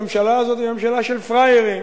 הממשלה הזאת היא ממשלה של פראיירים.